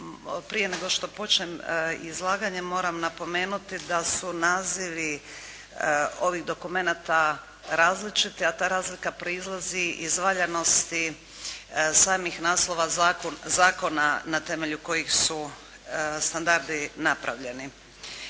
Prije nego što počnem izlaganje moram napomenuti da su nazivi ovih dokumenata različiti, a ta razlika proizlazi iz valjanosti samih naslova zakona na temelju kojih su standardi napravljeni.